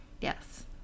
yes